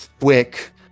quick